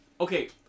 Okay